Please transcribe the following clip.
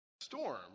storm